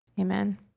Amen